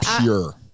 pure